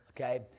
okay